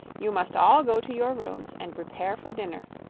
you must all go to your rooms and prepare for dinner,